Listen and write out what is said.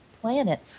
planet